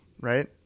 right